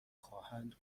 خواهند